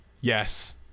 yes